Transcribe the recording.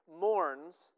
mourns